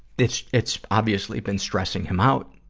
it's, it's obviously been stressing him out.